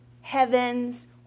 heavens